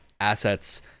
assets